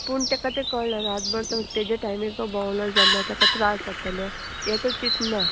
पूण ताका तें कळना रातभर सोद तेजे टायमींगचो भोंवलो जाल्यार ताका त्रास जातलें हें तो चिंतना